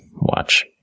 watch